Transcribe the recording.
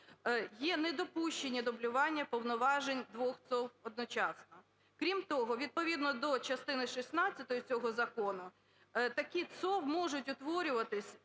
є недопущення дублювання повноважень двох ЦОВВ одночасно. Крім того, відповідно до частини шістнадцятої цього закону такі ЦОВВ можуть утворюватись